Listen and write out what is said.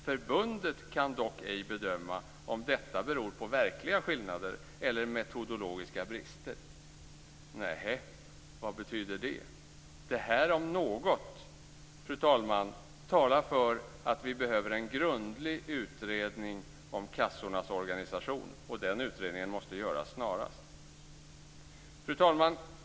Förbundet kan dock ej bedöma om detta beror på verkliga skillnader eller metodologiska brister. Nehej! Vad betyder det? Detta om något talar för att vi behöver en grundlig utredning om kassornas organisation. Den utredningen måste göras snarast. Fru talman!